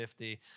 50